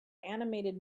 animated